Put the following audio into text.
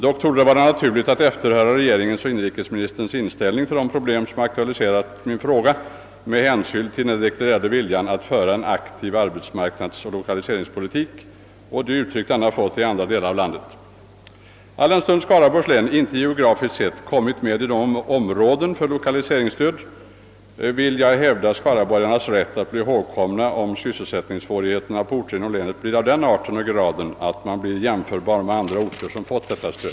Dock torde det vara naturligt att efterhöra regeringens och inrikesministerns inställning till de problem, som aktualiserat min fråga, med hänsyn till den deklarerade viljan att föra en aktiv arbetsmarknadsoch lokaliseringspolitik och de uttryck denna fått i andra delar av landet. Alldenstund Skaraborgs län inte geografiskt tillhör områdena med lokaliseringsstöd vill jag hävda skaraborgarnas rätt att bli ihågkomna, om sysselsättningssvårigheterna på orter inom länet blir av den arten och graden, att de kan jämföras med svårigheterna på andra orter som fått lokaliseringsstöd.